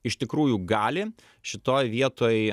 iš tikrųjų gali šitoj vietoj